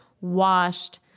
washed